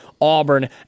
Auburn